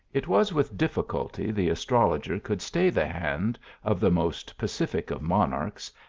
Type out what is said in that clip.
it was with difficulty the astrologer could stay the hand of the most pacific of monarchs,